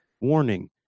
warning